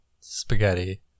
spaghetti